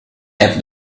have